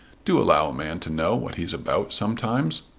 do allow a man to know what he's about some times.